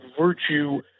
virtue